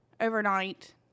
Overnight